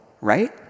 right